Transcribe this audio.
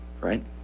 right